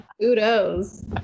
Kudos